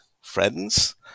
friends